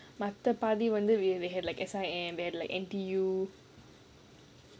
நாலு பேரு:naalu peru we have like S_I_M and like N_T_U